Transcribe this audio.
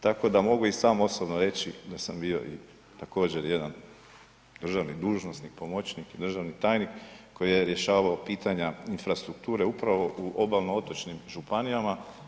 Tako da mogu i sam osobno reći da sam bio također jedan državni dužnosnik, pomoćnik, državni tajnik koji je rješavao pitanja infrastrukture upravo u obalno otočnim županijama.